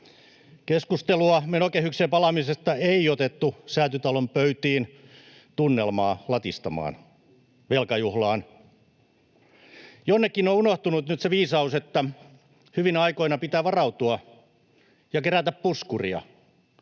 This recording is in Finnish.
Keskustelua menokehykseen palaamisesta ei otettu Säätytalon pöytiin velkajuhlan tunnelmaa latistamaan. Jonnekin on unohtunut nyt se viisaus, että hyvinä aikoina pitää varautua ja kerätä puskuria.